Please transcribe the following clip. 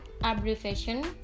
abbreviation